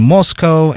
Moscow